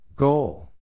Goal